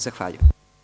Zahvaljujem.